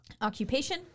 occupation